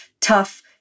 tough